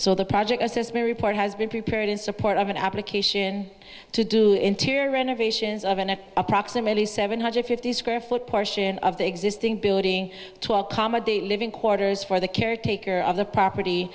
so the project assessment report has been prepared in support of an application to do interior renovations of an approximately seven hundred fifty square foot portion of the existing building to accommodate living quarters for the caretaker of the property